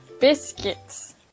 biscuits